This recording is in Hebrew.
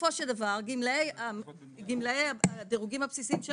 בסופו של דבר גמלאי הדירוגים הבסיסיים שהם